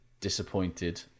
disappointed